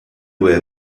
were